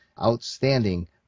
Outstanding